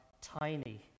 tiny